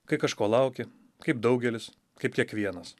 kai kažko lauki kaip daugelis kaip kiekvienas